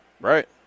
Right